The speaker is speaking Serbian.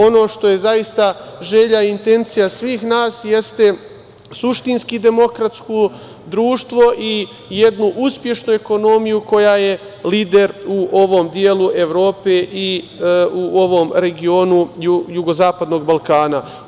Ono što je zaista želja i intencija svih nas jeste suštinski demokratsko društvo i jedna uspešna ekonomija koja je lider u ovom delu Evrope i u ovom regionu jugozapadnog Balkana.